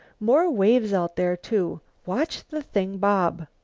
more waves out there, too. watch the thing bob!